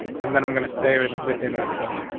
and then i'm gonna say with within this folder,